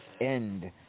end